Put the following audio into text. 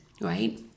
right